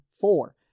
four